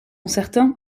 certains